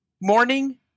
morning